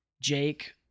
Jake